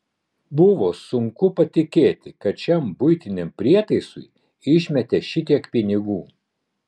buvo sunku patikėti kad šiam buitiniam prietaisui išmetė šitiek pinigų